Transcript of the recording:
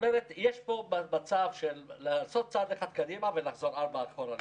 עושים צעד קדימה וחוזרים ארבעה אחורה לצערי.